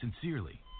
Sincerely